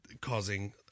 causing